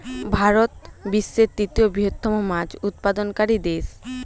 ভারত বিশ্বের তৃতীয় বৃহত্তম মাছ উৎপাদনকারী দেশ